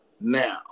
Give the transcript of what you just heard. Now